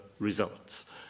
results